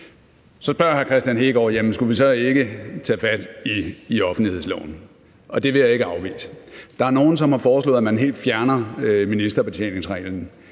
Så spørger hr. Kristian Hegaard: Jamen skulle vi så ikke tage fat i offentlighedsloven? Og det vil jeg ikke afvise. Der er nogle, som har foreslået, at man helt fjerner ministerbetjeningsreglen.